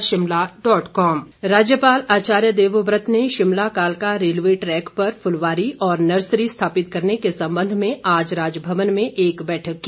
राज्यपाल राज्यपाल आचार्य देवव्रत ने शिमला कालका रेलवे ट्रैक पर फुलवारी और नर्सरी स्थापित करने के संबंध में आज राजभवन में एक बैठक की